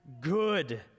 good